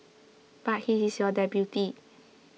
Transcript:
but he is your deputy